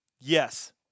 yes